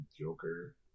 Joker